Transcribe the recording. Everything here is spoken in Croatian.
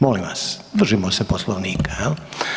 Molim vas, držimo se Poslovnika, jel.